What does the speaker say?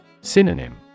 Synonym